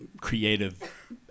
creative